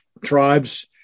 tribes